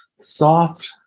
soft